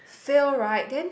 fail right then